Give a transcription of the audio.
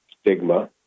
stigma